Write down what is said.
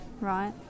Right